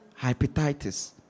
hepatitis